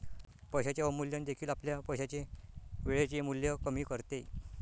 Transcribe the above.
पैशाचे अवमूल्यन देखील आपल्या पैशाचे वेळेचे मूल्य कमी करते